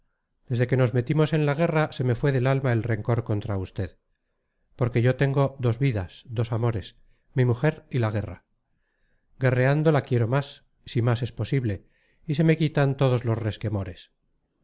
desde que nos metimos en la guerra se me fue del alma el rencor contra usted porque yo tengo dos vidas dos amores mi mujer y la guerra guerreando la quiero más si más es posible y se me quitan todos los resquemores